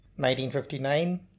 1959